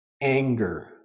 anger